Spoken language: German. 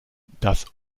das